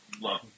love